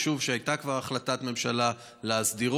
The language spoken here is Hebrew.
יישוב שהייתה כבר החלטת ממשלה להסדירו,